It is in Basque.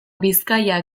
bizkaia